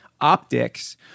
optics